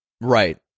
Right